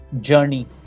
journey